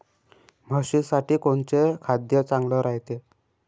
म्हशीसाठी कोनचे खाद्य चांगलं रायते?